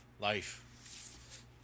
life